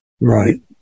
Right